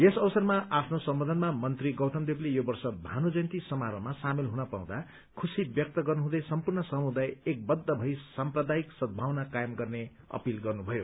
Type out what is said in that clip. यस अवसरमा आफ्नो सम्बोधनमा मन्त्री गौतम देवले यो वर्ष भानु जयन्ती समारोहमा सामेल हुन पाउँदा खुशी व्यक्त गर्नुहुँदै सम्पूर्ण समुदाय एकवद्ध भई सम्प्रदायिक सद्भावना कायम गर्ने अपिल गर्नुभयो